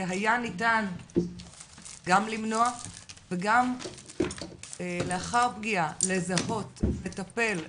שהיה ניתן גם למנוע וגם לאחר פגיעה לזהות, לטפל,